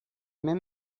même